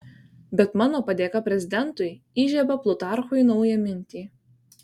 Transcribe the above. bet mano padėka prezidentui įžiebia plutarchui naują mintį